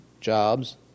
jobs